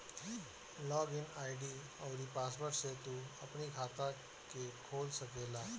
log in ID अउरी password से तू अपनी खाता के खोल सकेला